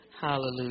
Hallelujah